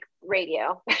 radio